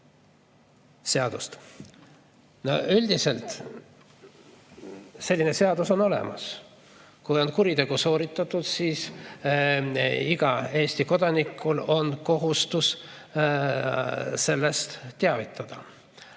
seadust. Üldiselt selline seadus on olemas. Kui kuritegu on sooritatud, siis on igal Eesti kodanikul kohustus sellest teavitada.